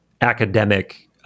academic